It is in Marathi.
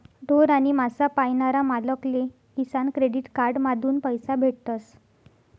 ढोर आणि मासा पायनारा मालक ले किसान क्रेडिट कार्ड माधून पैसा भेटतस